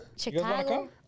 Chicago